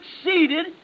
succeeded